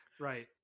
Right